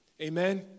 Amen